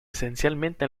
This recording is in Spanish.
esencialmente